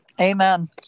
Amen